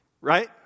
Right